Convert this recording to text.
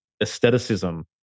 aestheticism